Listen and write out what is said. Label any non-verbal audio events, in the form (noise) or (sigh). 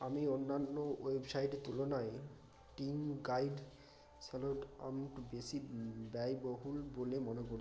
আমি অন্যান্য ওয়েবসাইটের তুলনায় টিং গাইড (unintelligible) আমি একটু বেশি ব্যয়বহুল বলে মনে করি